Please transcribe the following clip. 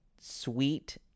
sweet